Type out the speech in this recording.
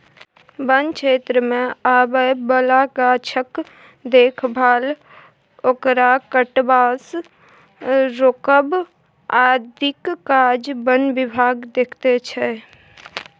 बन क्षेत्रमे आबय बला गाछक देखभाल ओकरा कटबासँ रोकब आदिक काज बन विभाग देखैत छै